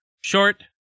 Short